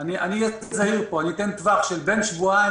אני אהיה זהיר פה, אני אתן טווח של בין שבועיים